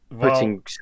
Putting